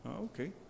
okay